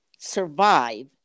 survive